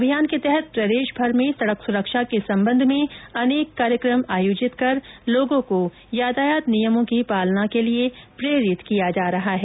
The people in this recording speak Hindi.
अभियान के तहत प्रदेश भर सड़क सुरक्षा के संबेध में अनेक कार्यक्रम आयोजित कर लोगों को यातायात नियमों की पालना के लिये प्रेरित किया जा रहा है